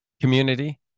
community